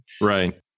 Right